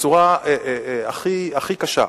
ובצורה הכי קשה.